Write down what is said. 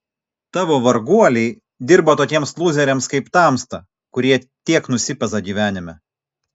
tavo varguoliai dirba tokiems lūzeriams kaip tamsta kurie tiek nusipeza gyvenime